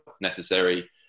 necessary